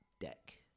deck